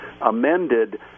amended